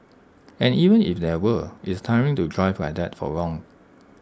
and even if there were it's tiring to drive like that for long